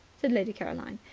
said lady caroline.